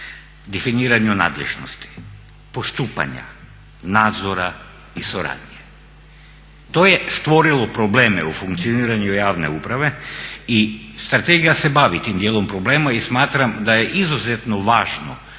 definiranju nadležnosti, postupanja, nadzora i suradnje. To je stvorilo probleme u funkcioniranju javne uprave i strategija se bavi tim dijelom problema i smatram da je izuzetno važno